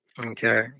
Okay